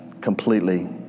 completely